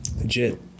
legit